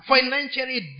Financially